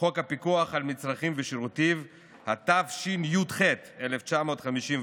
חוק הפיקוח על מצרכים ושירותים, התשי"ח 1951,